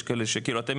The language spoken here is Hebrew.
יש כאלו שנפטרו,